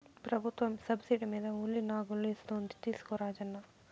ప్రభుత్వం సబ్సిడీ మీద ఉలి నాగళ్ళు ఇస్తోంది తీసుకో రాజన్న